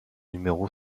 numéro